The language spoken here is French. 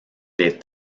les